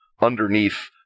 underneath